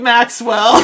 Maxwell